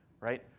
right